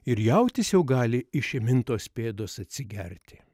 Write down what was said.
ir jautis jau gali iš įmintos pėdos atsigerti